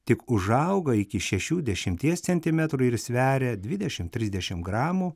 tik užauga iki šešių dešimties centimetrų ir sveria dvidešimt trisdešimt gramų